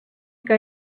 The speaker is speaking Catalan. que